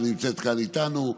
שנמצאת כאן איתנו,